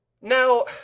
Now